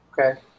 Okay